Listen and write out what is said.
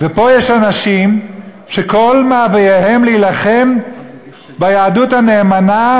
ופה יש אנשים שכל מאווייהם, להילחם ביהדות הנאמנה.